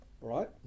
Right